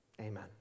amen